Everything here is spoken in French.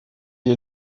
est